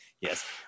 Yes